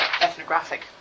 ethnographic